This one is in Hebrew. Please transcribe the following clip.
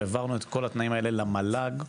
והעברנו את כל התנאים האלה למל"ג,